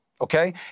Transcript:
Okay